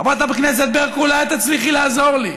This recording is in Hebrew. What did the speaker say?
חברת הכנסת ברקו, אולי את תצליחי לעזור לי.